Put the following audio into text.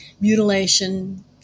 mutilation